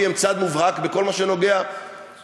הן צד מובהק בכל מה שנוגע לירושלים.